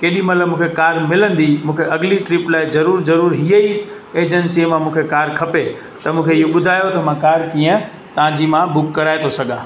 केॾी महिल मूंखे कार मिलंदी मूंखे अगली ट्रिप लाइ ज़रूरु ज़रूरु हीअं ई एजंसीअ मां मूंखे कार खपे त मूंखे इहो ॿुधायो त मां कार कीअं तव्हांजी मां बुक कराए थो सघां